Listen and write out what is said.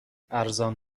ارزان